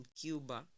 Cuba